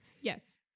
Yes